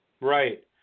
Right